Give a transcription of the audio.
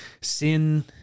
Sin